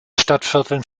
stadtvierteln